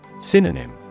Synonym